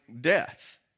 death